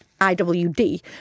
IWD